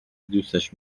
دوستش